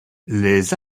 les